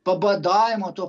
pabadavimo tuo